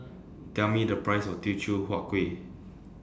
Tell Me The Price of Teochew Huat Kuih